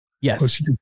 Yes